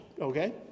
Okay